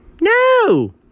No